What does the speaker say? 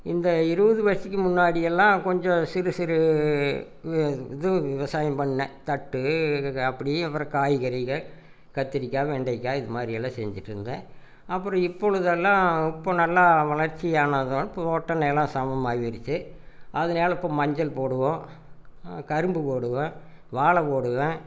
இந்த இருபது வயதுக்கு முன்னாடியெல்லாம் கொஞ்சம் சிறுசிறு இது விவசாயம் பண்ணிணேன் கட்டு அப்படி அப்புறம் காய்கறிகள் கத்திரிக்காய் வெண்டைக்காய் இது மாதிரி எல்லாம் செஞ்சுட்டு இருந்தேன் அப்புறம் இப்பொழுதுலாம் இப்போது நல்லா வளர்ச்சி ஆனால் தான் தோட்டம் நிலம் சமம் ஆயிடுச்சு அதனால் இப்போது மஞ்சள் போடுவோம் கரும்பு போடுவேன் வாழை போடுவேன்